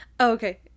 Okay